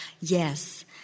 yes